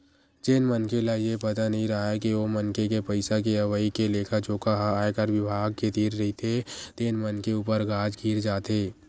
जेन मनखे ल ये पता नइ राहय के ओ मनखे के पइसा के अवई के लेखा जोखा ह आयकर बिभाग के तीर रहिथे तेन मनखे ऊपर गाज गिर जाथे